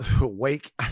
Wake